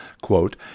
quote